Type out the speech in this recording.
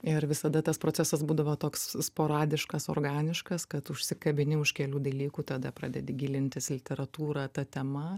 ir visada tas procesas būdavo toks sporadiškas organiškas kad užsikabini už kelių dalykų tada pradedi gilintis į literatūrą ta tema